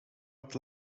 het